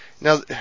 now